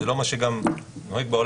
זה גם לא מה שנהוג בעולם,